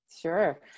Sure